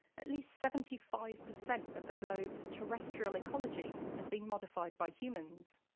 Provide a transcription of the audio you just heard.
at least seventy five percent of the globe's terrestrial ecology has been modified by humans.